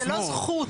זה לא זכות.